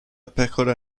pecora